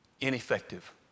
ineffective